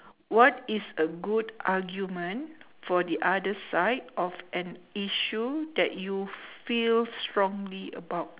what is a good argument for the other side of an issue that you feel strongly about